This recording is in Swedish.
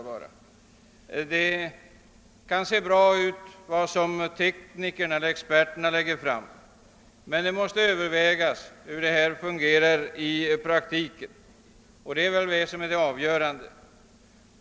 Vad tekniker eller andra experter föreslår kan se bra ut, men det måste övervägas hur det hela fungerar i praktiken, ty detta är det avgörande.